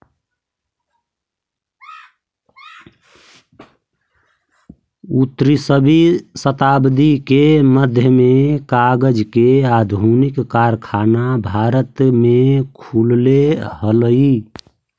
उन्नीसवीं शताब्दी के मध्य में कागज के आधुनिक कारखाना भारत में खुलले हलई